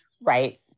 right